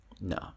No